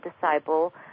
disciple